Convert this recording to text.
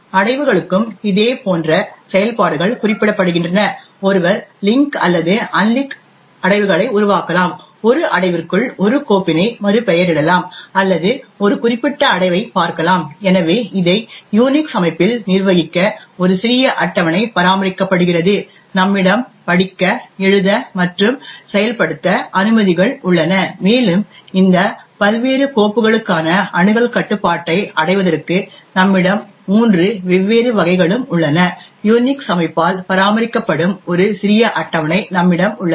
அடைவுகளுக்கும் இதேபோன்ற செயல்பாடுகள் குறிப்பிடப்படுகின்றன ஒருவர் லிங்க் அல்லது அன்லிங்க் அடைவுகளை உருவாக்கலாம் ஒரு அடைவிற்குள் ஒரு கோப்பினை மறுபெயரிடலாம் அல்லது ஒரு குறிப்பிட்ட அடைவைப் பார்க்கலாம் எனவே இதை யூனிக்ஸ் அமைப்பில் நிர்வகிக்க ஒரு சிறிய அட்டவணை பராமரிக்கப்படுகிறது நம்மிடம் படிக்க எழுத மற்றும் செயல்படுத்த அனுமதிகள் உள்ளன மேலும் இந்த பல்வேறு கோப்புகளுக்கான அணுகல் கட்டுப்பாட்டை அடைவதற்கு நம்மிடம் மூன்று வெவ்வேறு வகைகளும் உள்ளன யுனிக்ஸ் அமைப்பால் பராமரிக்கப்படும் ஒரு சிறிய அட்டவணை நம்மிடம் உள்ளது